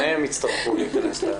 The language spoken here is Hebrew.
שניהם יצטרכו להיכנס.